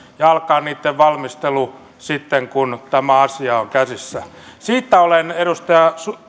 alkaa niitten valmistelu sitten kun tämä asia on käsissä siitä olen edustaja